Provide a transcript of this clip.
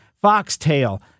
foxtail